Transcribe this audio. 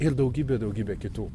ir daugybė daugybė kitų